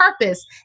purpose